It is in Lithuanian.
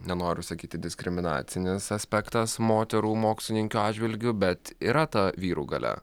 nenoriu sakyti diskriminacinis aspektas moterų mokslininkių atžvilgiu bet yra ta vyrų galia